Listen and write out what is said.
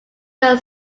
than